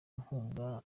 inkunga